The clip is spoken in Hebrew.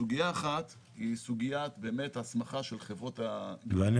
סוגיה אחת היא סוגית ההסמכה של חברות --- ואני